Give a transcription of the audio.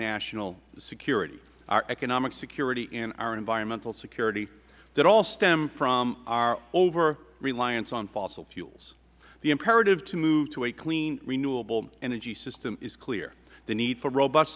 national security our economic security and our environmental security that all stem from our over reliance on fossil fuels the imperative to move to a clean renewable energy system is clear the need for robust